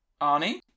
Arnie